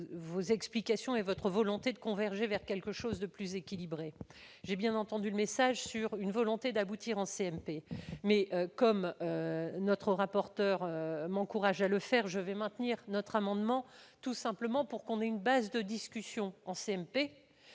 vos explications et votre volonté de converger vers quelque chose de plus équilibré. J'ai bien entendu également le message sur une volonté d'aboutir en CMP, mais, comme notre rapporteur m'encourage à le faire, je vais maintenir l'amendement, tout simplement pour que l'on ait une base de discussion en CMP